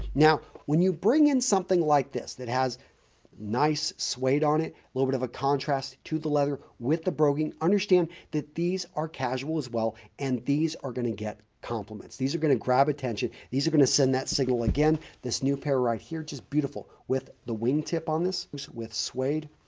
now, when you bring in something like this that has nice suede on it a little bit of a contrast to the leather with the broguing, understand that these are casual as well and these are going to get compliments. these are going to grab attention. these are going to send that signal. again, this new pair right here just beautiful with the wingtip on this with suede,